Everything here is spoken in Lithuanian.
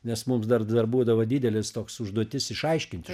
nes mums dar dar būdavo didelis toks užduotis išaiškint iš